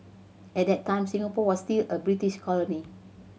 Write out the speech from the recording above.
at that time Singapore was still a British colony